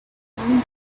return